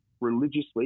religiously